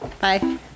Bye